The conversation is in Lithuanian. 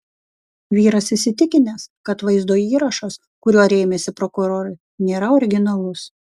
vyras įsitikinęs kad vaizdo įrašas kuriuo rėmėsi prokurorai nėra originalus